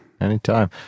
Anytime